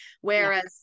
Whereas